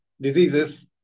diseases